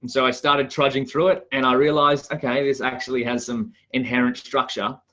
so i started trudging through it, and i realized, okay, this actually has some inherent structure.